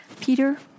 Peter